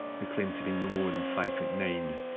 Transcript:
who claimed to be no more than five foot nine,